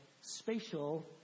spatial